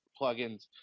plugins